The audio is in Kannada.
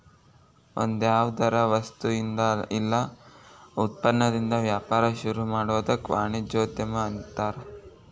ಒಂದ್ಯಾವ್ದರ ವಸ್ತುಇಂದಾ ಇಲ್ಲಾ ಉತ್ಪನ್ನದಿಂದಾ ವ್ಯಾಪಾರ ಶುರುಮಾಡೊದಕ್ಕ ವಾಣಿಜ್ಯೊದ್ಯಮ ಅನ್ತಾರ